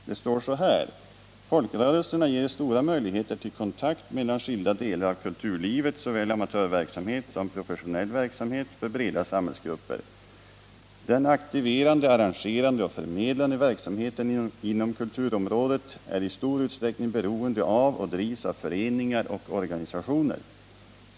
Där står: ”Folkrörelserna ger stora möjligheter till kontakt med skilda delar av kulturlivet, såväl amatörverksamhet som professionell verksamhet för breda samhällsgrupper. Den aktiverande, arrangerande och förmedlande verksamheten inom kulturområdet är i stor utsträckning beroende av och drivs av föreningar och organisationer.